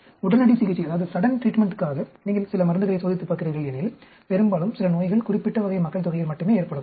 உடனடி சிகிச்சைக்காக நீங்கள் சில மருந்துகளை சோதித்துப் பார்க்கிறீர்கள் எனில் பெரும்பாலும் சில நோய்கள் குறிப்பிட்ட வகை மக்கள்தொகையில் மட்டுமே ஏற்படக்கூடும்